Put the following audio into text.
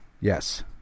Yes